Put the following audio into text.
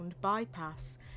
bypass